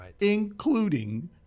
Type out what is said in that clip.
including